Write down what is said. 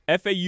FAU